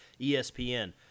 espn